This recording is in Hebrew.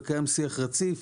וקיים שיח רציף